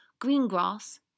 Greengrass